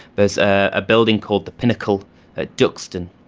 there is a building called the pinnacle at duxton,